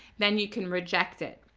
then you can reject it.